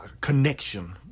connection